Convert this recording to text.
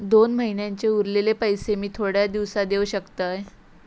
दोन महिन्यांचे उरलेले पैशे मी थोड्या दिवसा देव शकतय?